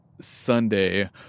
Sunday